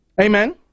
Amen